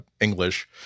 English